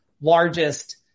largest